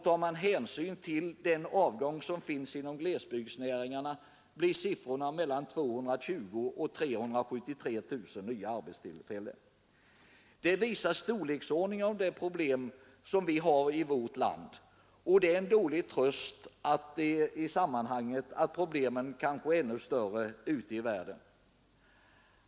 Tar man hänsyn till den avgång, som finns inom glesbygdsnäringarna, blir siffrorna mellan 220000 och 373 000 nya arbetstillfällen. Detta visar storleksordningen av de problem som vi har i vårt land. Det är en dålig tröst i sammanhanget att problemen kanske är ännu större ute i världen.